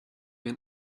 been